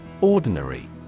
Ordinary